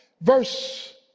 verse